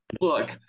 Look